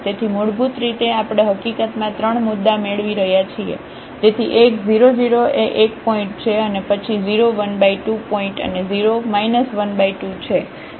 તેથી મૂળભૂત રીતે આપણે હકીકતમાં ત્રણ મુદ્દા મેળવી રહ્યા છીએ તેથી એક00એ 1 પોઇન્ટ છે અને પછી 012 પોઇન્ટ અને 0 12છે